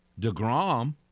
DeGrom